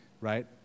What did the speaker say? right